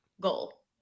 goal